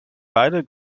beide